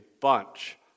bunch